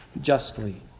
justly